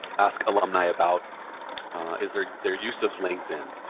ask alumni about is their their use of linkedin.